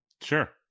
Sure